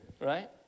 right